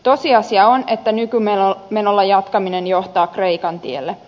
tosiasia on että nykymenolla jatkaminen johtaa kreikan tielle